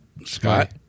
Scott